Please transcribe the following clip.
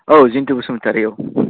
औ जिन्तु बसुमतारि औ